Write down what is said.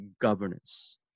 governance